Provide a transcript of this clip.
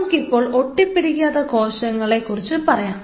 നമുക്കിപ്പോൾ ഒട്ടിപ്പിടിക്കാത്ത കോശങ്ങളെ കുറിച്ച് പറയാം